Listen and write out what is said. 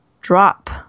drop